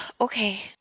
Okay